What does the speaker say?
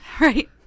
Right